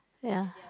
ya